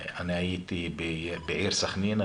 אני הייתי בעיר סכנין,